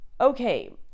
okay